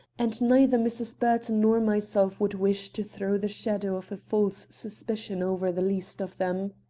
and neither mrs. burton nor myself would wish to throw the shadow of a false suspicion over the least of them.